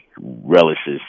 relishes